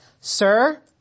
sir